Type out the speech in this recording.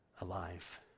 alive